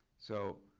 so,